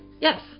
yes